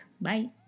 Bye